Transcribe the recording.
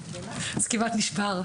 הישיבה ננעלה בשעה